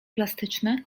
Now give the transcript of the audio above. plastyczne